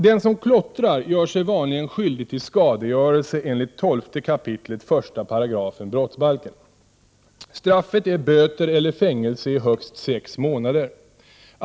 Den som klottrar gör sig vanligen skyldig till skadegörelse enligt 12 kap. 1 § brottsbalken. Straffet är böter eller fängelse i högst sex månader.